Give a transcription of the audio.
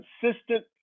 consistent